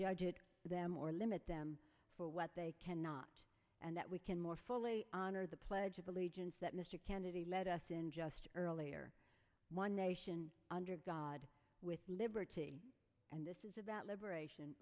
judge them or limit them for what they cannot and that we can more fully honor the pledge of allegiance that mr kennedy led us in just earlier one nation under god with liberty and this is about liberation